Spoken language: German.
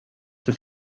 das